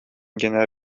генә